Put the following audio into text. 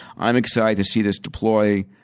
i am excited to see this deploy.